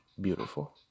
beautiful